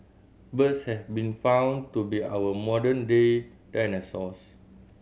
birds have been found to be our modern day dinosaurs